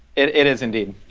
it it is indeed.